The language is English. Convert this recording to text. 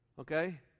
okay